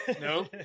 No